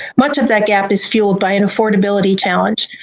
much of that gap is fueled by an affordability challenge,